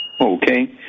Okay